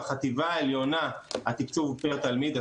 בחטיבה העליונה התקצוב פר תלמיד,